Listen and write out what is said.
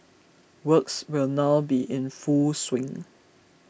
works will now be in full swing